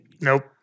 Nope